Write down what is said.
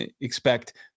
expect